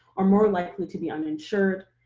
are more likely to be uninsured,